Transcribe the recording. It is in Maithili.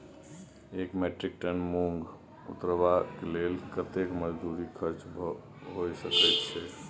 एक मेट्रिक टन मूंग उतरबा के लेल कतेक मजदूरी खर्च होय सकेत छै?